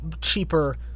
cheaper